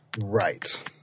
Right